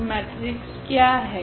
तो मेट्रिक्स क्या है